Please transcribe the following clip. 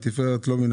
ותפארת לו מן